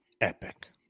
Epic